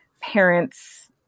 parents